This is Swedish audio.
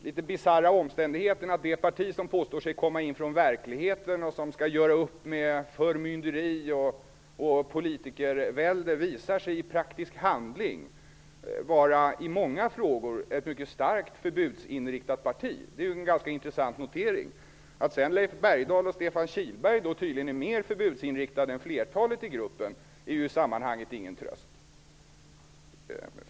Herr talman! Jag har ingen anledning att ägna mig åt någon fördjupad historieskrivning eller att särskilt framhålla Ny demokratis betydelse i sammanhanget. Jag pekar på den litet bisarra omständigheten att det parti som påstår sig komma från verkligheten och som skall göra upp med förmynderi och politikervälde, visar sig i praktiskt handling i många frågor vara ett mycket starkt förbudsinriktat parti. Det är en intressant notering. Att sedan Leif Bergdahl och Stefan Kihlberg är mer förbudsinriktade än flertalet andra i gruppen är i sammanhanget ingen tröst.